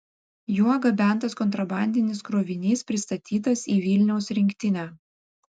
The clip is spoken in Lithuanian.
juo gabentas kontrabandinis krovinys pristatytas į vilniaus rinktinę